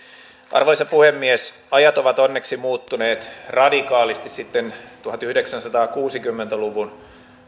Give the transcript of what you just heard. arvoisa puhemies ajat ovat onneksi muuttuneet radikaalisti sitten tuhatyhdeksänsataakuusikymmentä luvun